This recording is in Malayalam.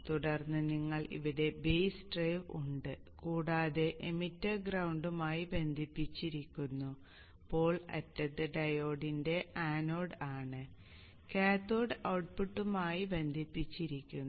തുടർന്ന് നിങ്ങൾക്ക് ഇവിടെ ബേസ് ഡ്രൈവ് ഉണ്ട് കൂടാതെ എമിറ്റർ ഗ്രൌണ്ടുമായി ബന്ധിപ്പിച്ചിരിക്കുന്നു പോൾ അറ്റത്ത് ഡയോഡിന്റെ ആനോഡ് ആണ് കാഥോഡ് ഔട്ട്പുട്ടുമായി ബന്ധിപ്പിച്ചിരിക്കുന്നു